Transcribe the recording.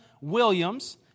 Williams